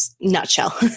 nutshell